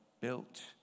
built